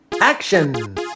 Action